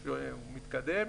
שהוא מתקדם.